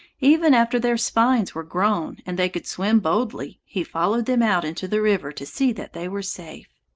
even after their spines were grown and they could swim boldly, he followed them out into the river to see that they were safe.